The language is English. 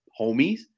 homies